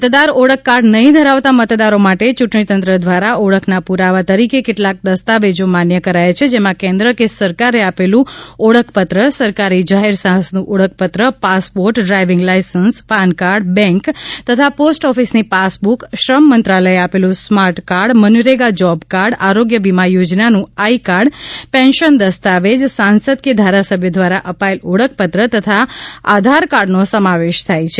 મતદાર ઓળખકાર્ડ નહિં ધરાવતા મતદારો માટે ચૂંટણીતંત્ર દ્વારા ઓળખના પુરાવા તરીકે કેટલાક દસ્તાવેજ માન્ય કરાયા છે જેમાં કેન્દ્ર કે સરકારે આપેલું ઓળખપત્ર સરકારી જાહેર સાહસનું ઓળખપત્ર passport driving license PAN card bank તથા પોસ્ટ ઓફિસની પાસબુક શ્રમ મંત્રાલયે આપેલું smart card MNREGA job card આરોગ્ય વિમા યોજનાનું આઇ કાર્ડ પેન્શન દસ્તાવેજ સાંસદ કે ધારાસભ્ય દ્વારા અપાયેલ ઓળખપત્ર તથા આધારકાર્ડનો સમાવેશ થાય છે